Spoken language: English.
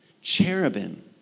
Cherubim